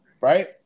right